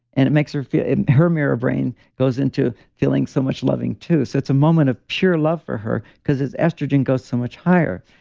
and it makes her feel. her mirror brain goes into feeling so much loving too. so, it's a moment of pure love for her because his estrogen goes so much higher.